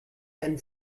and